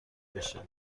بشه